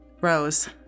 Rose